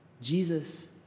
Jesus